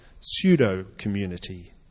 pseudo-community